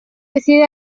decide